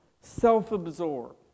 self-absorbed